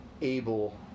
able